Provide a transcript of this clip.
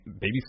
baby